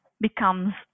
becomes